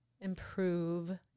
improve